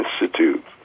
Institute